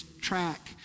track